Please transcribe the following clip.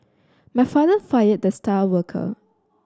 my father fired the star worker